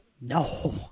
No